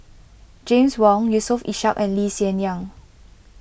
James Wong Yusof Ishak and Lee Hsien Yang